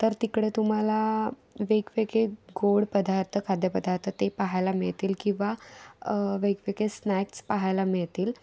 तर तिकडे तुम्हाला वेगवेगळे गोड पदार्थ खाद्य पदार्थ ते पहायला मिळतील किंवा वेगवेगळे स्नॅक्स पहायला मिळतील